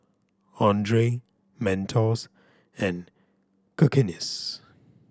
Andre Mentos and Cakenis